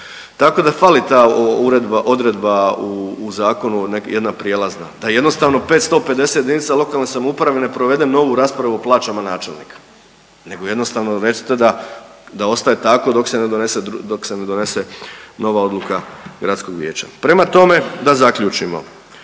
Tako da fali ta uredba, odredba u zakonu jedna prijelazna da jednostavno 550 jedinica lokalne samouprave ne provede novu raspravu o plaćama načelnika, nego jednostavno recite da ostaje tako dok se ne donese, dok se donese nova odluka gradskog vijeća. Prema tome da zaključimo,